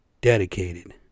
dedicated